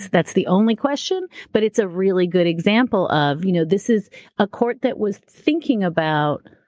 that's the only question, but it's a really good example of you know this is a court that was thinking about,